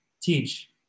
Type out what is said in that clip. teach